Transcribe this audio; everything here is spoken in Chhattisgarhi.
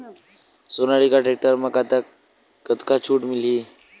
सोनालिका टेक्टर म कतका छूट मिलही?